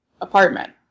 apartment